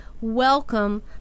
welcome